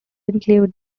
include